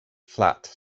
flat